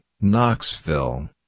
Knoxville